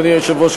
אדוני היושב-ראש,